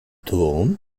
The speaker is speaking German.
turm